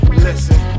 Listen